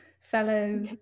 fellow